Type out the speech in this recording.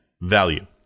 value